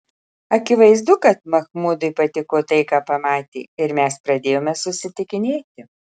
akivaizdu kad machmudui patiko tai ką pamatė ir mes pradėjome susitikinėti